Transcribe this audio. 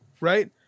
right